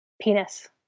penis